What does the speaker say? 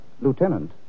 Lieutenant